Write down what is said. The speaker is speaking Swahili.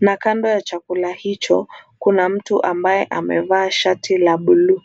na kando ya chakula hicho kuna mtu ambaye amevaa shati ya bluu.